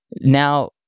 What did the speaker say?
Now